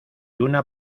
una